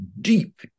deep